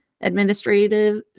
administrative